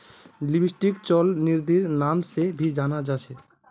लिक्विडिटीक चल निधिर नाम से भी जाना जा छे